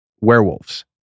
werewolves